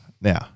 now